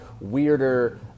weirder